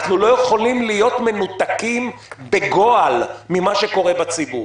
אנחנו לא יכולים להיות מנותקים בגועל ממה שקורה בציבור.